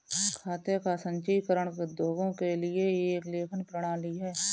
खाते का संचीकरण उद्योगों के लिए एक लेखन प्रणाली है